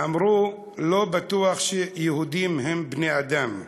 ואמרו: לא בטוח שיהודים הם בני-אדם,